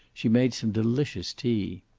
she made some delicious tea.